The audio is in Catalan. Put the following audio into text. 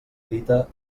dita